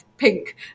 pink